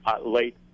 late